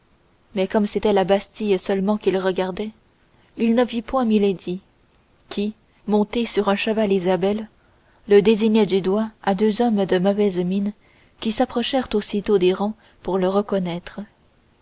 mais comme c'était la bastille seulement qu'il regardait il ne vit point milady qui montée sur un cheval isabelle le désignait du doigt à deux hommes de mauvaise mine qui s'approchèrent aussitôt des rangs pour le reconnaître